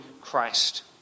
Christ